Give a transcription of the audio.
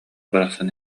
барахсан